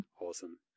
Awesome